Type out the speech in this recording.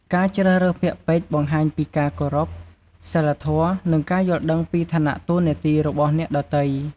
ការជ្រើសរើសពាក្យពេចន៍បង្ហាញពីការគោរព សីលធម៌ និងការយល់ដឹងពីឋានៈតួនាទីរបស់អ្នកដទៃ។